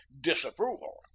disapproval